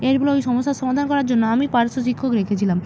এইগুলো ওই সমস্যার সমাধান করার জন্য আমি পার্শ্ব শিক্ষক রেখেছিলাম